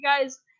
guys